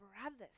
brothers